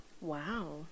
Wow